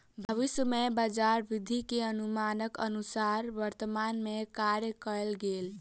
भविष्य में बजार वृद्धि के अनुमानक अनुसार वर्तमान में कार्य कएल गेल